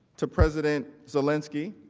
to president zelensky,